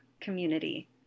community